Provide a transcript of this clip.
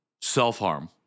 self-harm